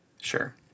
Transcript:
Sure